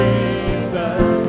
Jesus